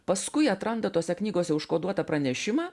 paskui atranda tose knygose užkoduotą pranešimą